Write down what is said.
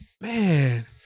Man